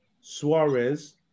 Suarez